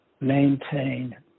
maintain